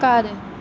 ਘਰ